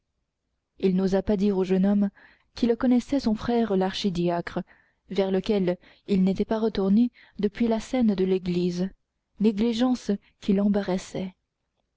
il n'osa pas dire au jeune homme qu'il connaissait son frère l'archidiacre vers lequel il n'était pas retourné depuis la scène de l'église négligence qui l'embarrassait